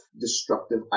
destructive